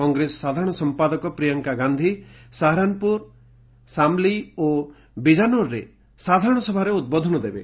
କଂଗ୍ରେସ ସାଧାରଣ ସମ୍ପାଦକ ପ୍ରିୟଙ୍କା ଗାନ୍ଧୀ ସାହାରନ୍ପୁର ସାମ୍ଲି ଓ ବିଜ୍ନୋର୍ରେ ସାଧାରଣସଭାରେ ଉଦ୍ବୋଧନ ଦେବେ